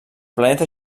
planeta